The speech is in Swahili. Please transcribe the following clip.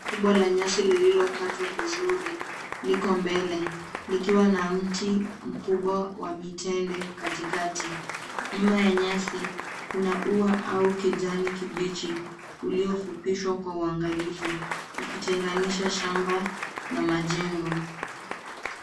Kubwa la nyasi lililokatwa vizuri liko mbele likiwa na mti mkubwa wa mitende katikati ,nyuma ya nyasi kuna uwa au kijani kibichi uliofupishwa kwa uangalifu ukiteganisha shamba na majengo.